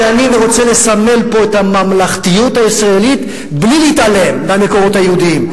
שאני רוצה לסמל פה את הממלכתיות הישראלית בלי להתעלם מהמקורות היהודיים,